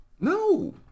No